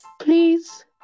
please